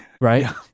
right